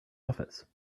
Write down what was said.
office